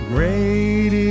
Great